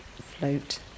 float